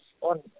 on